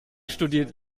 studiert